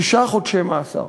שישה חודשי מאסר.